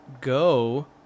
go